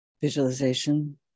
Visualization